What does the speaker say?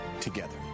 Together